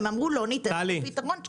הם אמרו: לא ניתן לכם פתרון.